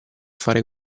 fare